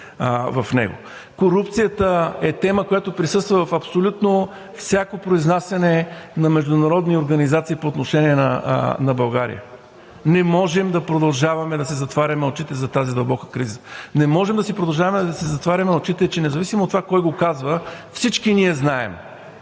в него. Корупцията е тема, която присъства в абсолютно всяко произнасяне на международни организации по отношение на България. Не можем да продължаваме да си затваряме очите за тази дълбока криза. Не можем да продължаваме да си затваряме очите, независимо от това кой го казва, всички ние знаем,